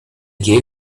gave